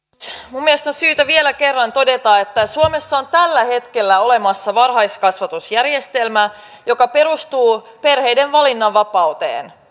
minun mielestäni on syytä vielä kerran todeta että suomessa on tällä hetkellä olemassa varhaiskasvatusjärjestelmä joka perustuu perheiden valinnanvapauteen